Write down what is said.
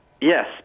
Yes